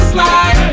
Slide